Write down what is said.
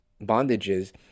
bondages